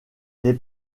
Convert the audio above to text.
les